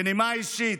בנימה אישית: